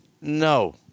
No